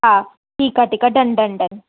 हा ठीकु आहे ठीकु आहे डन डन डन